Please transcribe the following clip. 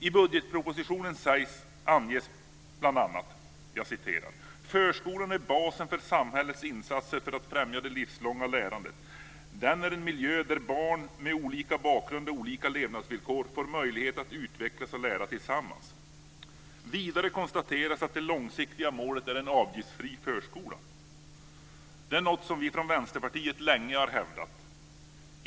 I budgetpropositionen anges bl.a.: "Förskolan är basen för samhällets insatser för att främja det livslånga lärandet. Den är en miljö där barn med olika bakgrund och olika levnadsvillkor får möjlighet att utvecklas och lära tillsammans." Vidare konstateras att det långsiktiga målet är en avgiftsfri förskola. Det är något som vi från Vänsterpartiet länge har hävdat.